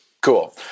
cool